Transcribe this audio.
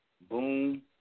Boom